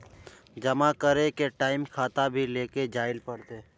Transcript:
जमा करे के टाइम खाता भी लेके जाइल पड़ते?